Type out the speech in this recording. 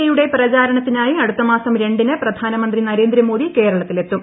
A യുടെ പ്രചാരണത്തിനായി അടുത്ത മാസം രണ്ടിന് പ്രധാനമന്ത്രി നരേന്ദ്രമോദി കേരളത്തിൽ എത്തും